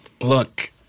Look